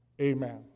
Amen